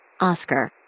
Oscar